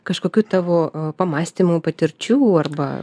kažkokių tavo pamąstymų patirčių arba